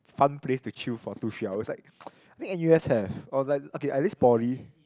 fun place to chill for two three hours it's like ppo I think N_U_S have okay at least Poly